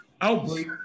outbreak